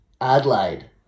Adelaide